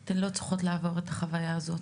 אתן לא צריכות לעבור את החוויה הזאת.